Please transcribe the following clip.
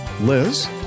Liz